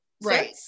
Right